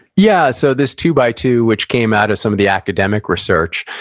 yeah. so, this two by two, which came out of some of the academic research,